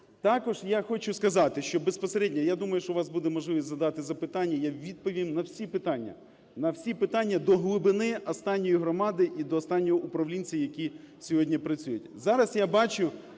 Також я хочу сказати, що безпосередньо… Я думаю, що у вас буде можливість задати запитання, я відповім на всі питання. На всі питання, до глибини останньої громади і до останнього управлінця, які сьогодні працюють.